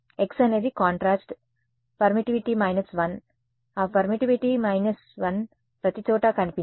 x అనేది contrast permittivity minus 1 ఆ permittivity minus 1 ప్రతిచోటా కనిపించింది